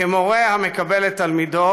כמורה המקבל את תלמידו.